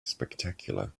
spectacular